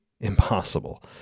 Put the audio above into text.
impossible